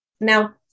Now